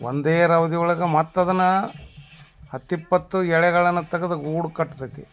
ಒಂದೇ ರವದಿ ಒಳಗೆ ಮತ್ತೆ ಅದನ್ನು ಹತ್ತಿಪ್ಪತ್ತು ಎಳೆಗಳನ್ನು ತಗದು ಗೂಡು ಕಟ್ತತಿ